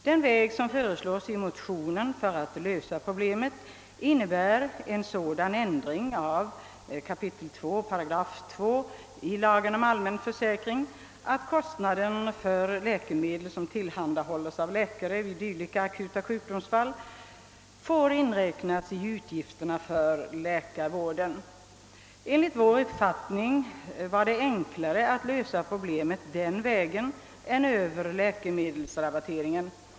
Den lösning av problemet som föreslås i motionen innebär en sådan ändring av 2 kap. 2 § lagen om allmän försäkring att kostnad för läkemedel som vid akuta sjukdomsfall tillhandahålles av läkare inräknas i utgifterna för läkarvården. Enligt vår uppfattning skulle det vara enklare att lösa problemet den vägen än över läkemedelsrabatteringen.